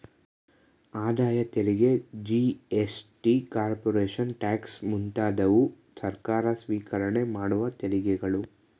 ಆದಾಯ ತೆರಿಗೆ GST, corporation tax ಮುಂತಾದವು ಸರ್ಕಾರ ಸ್ವಿಕರಣೆ ಮಾಡುವ ತೆರಿಗೆಗಳು